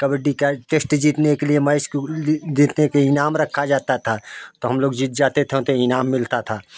कबड्डी का टेस्ट जीतने के लिए मैईच देखने का इनाम रखा जाता था तो हम लोग जीत जाते थे तो इनाम मिलता था